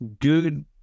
good